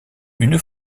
une